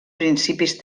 principis